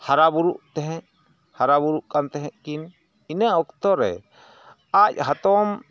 ᱦᱟᱨᱟᱵᱩᱨᱩᱜ ᱛᱮᱦᱮᱸᱫ ᱦᱟᱨᱟ ᱵᱩᱨᱩᱜ ᱠᱟᱱ ᱛᱮᱦᱮᱸᱫ ᱠᱤᱱ ᱤᱱᱟᱹ ᱚᱠᱛᱚ ᱨᱮ ᱟᱡ ᱦᱟᱛᱚᱢ